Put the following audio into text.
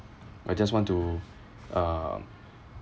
I just want to um